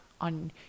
on